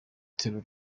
itorero